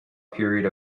period